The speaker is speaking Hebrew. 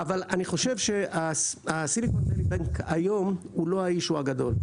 אבל אני חושב שהיום הסיליקון ואלי בנק הוא לא העניין הגדול,